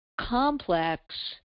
complex